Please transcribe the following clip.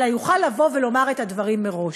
אלא יוכל לבוא ולומר את הדברים מראש.